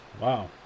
Wow